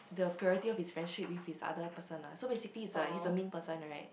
the purity of his friendship with his other person ah so basically he's a he's a mean person right